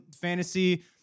fantasy